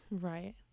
right